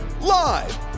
Live